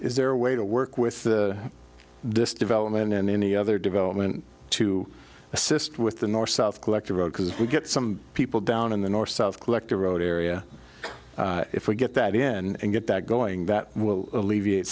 is there a way to work with the this development and any other development to assist with the north south collector road because we get some people down in the north south collector road area if we get that in and get that going that will alleviate